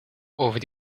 over